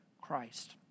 Christ